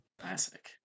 classic